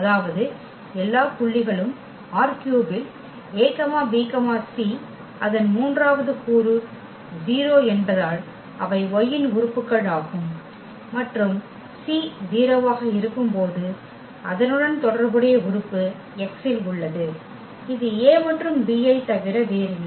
அதாவது எல்லா புள்ளிகளும் ℝ3 இல் a b c அதன் மூன்றாவது கூறு 0 என்பதால் அவை Y இன் உறுப்புக்கள் ஆகும் மற்றும் c 0 ஆக இருக்கும்போது அதனுடன் தொடர்புடைய உறுப்பு X இல் உள்ளது இது a மற்றும் b ஐத் தவிர வேறில்லை